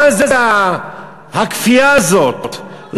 מה הכפייה הזאת,